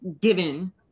given